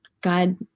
God